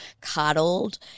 coddled